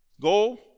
goal